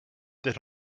that